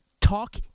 talk